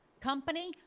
company